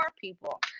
people